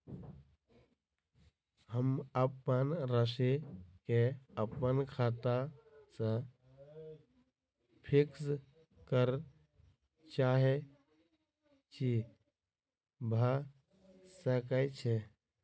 हम अप्पन राशि केँ अप्पन खाता सँ फिक्स करऽ चाहै छी भऽ सकै छै?